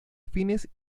fines